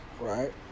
Right